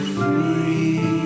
free